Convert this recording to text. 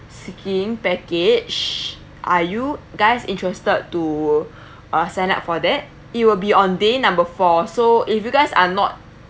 skiing package are you guys interested to uh sign up for that it will be on day number four so if you guys are not